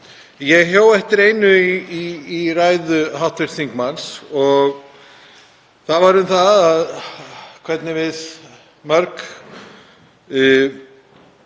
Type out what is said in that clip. Ég hjó eftir einu í ræðu hv. þingmanns og það var um hvernig við mörg